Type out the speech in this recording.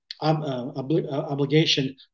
obligation